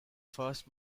first